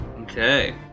Okay